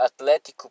Atletico